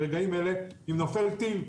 ברגעים אלה אם נופל טיל,